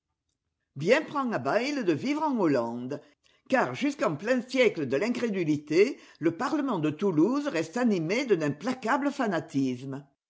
bien prend à bayle de vivre en hollande car jusqu'en plein siècle de l'incrédulité le parlement de toulouse reste animé d'un implacable fanatisme